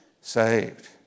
saved